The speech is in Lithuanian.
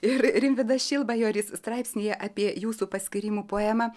ir rimvydas šilbajoris straipsnyje apie jūsų paskyrimų poemą